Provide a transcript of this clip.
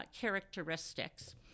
characteristics